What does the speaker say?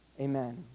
Amen